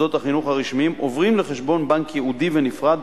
מוסדות החינוך הרשמיים עוברים לחשבון בנק ייעודי ונפרד,